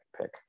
pick